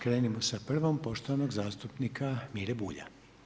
Krenimo sa prvom poštovanog zastupnika Mire Bulja.